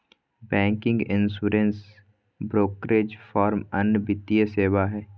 banking, insurance, brokerage firm अन्य वित्तीय सेवा हय